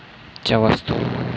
च्या वस्तू